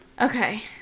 Okay